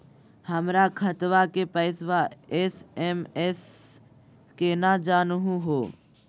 हमर खतवा के पैसवा एस.एम.एस स केना जानहु हो?